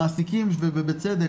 המעסיקים ובצדק,